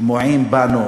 טמועים בנו